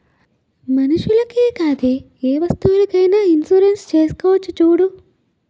మనుషులకే కాదే ఏ వస్తువులకైన ఇన్సురెన్సు చేసుకోవచ్చును చూడూ